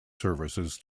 services